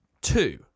Two